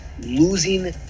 losing